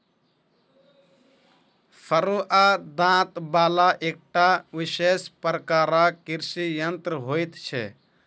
फरूआ दाँत बला एकटा विशेष प्रकारक कृषि यंत्र होइत छै